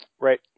Right